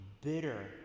bitter